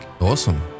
Awesome